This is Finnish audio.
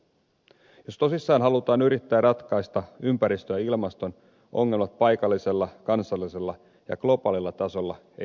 jos tosissaan halutaan yrittää ratkaista ympäristön ja ilmaston ongelmat paikallisella kansallisella ja globaalilla tasolla ei vaihtoehtoja ole